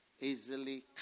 Easily